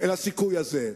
הסיכוי הזה,